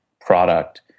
product